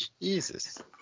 jesus